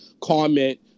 comment